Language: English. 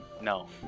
No